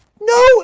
No